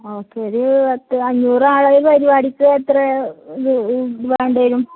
okay ഒരു പത്ത് അഞ്ഞൂറ് ആളുകളുടെ പരിപാടിക്ക് എത്ര വേണ്ടിവരും